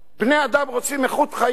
בני-אדם רוצים איכות חיים,